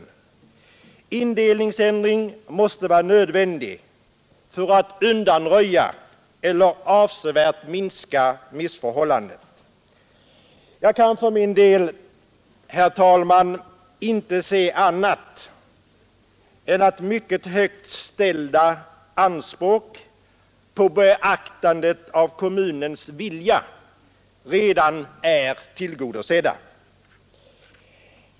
Indelningsändring måste vara nödvändig för att undanröja eller avsevärt minska missförhållandet. Jag kan för min del, herr talman, inte finna annat än att mycket högt ställda anspråk på beaktandet av kommunens vilja redan är tillgodosedda.